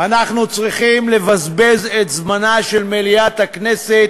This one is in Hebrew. אנחנו צריכים לבזבז את זמנה של מליאת הכנסת